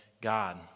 God